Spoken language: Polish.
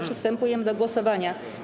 Przystępujemy do głosowania.